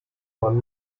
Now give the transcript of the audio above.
man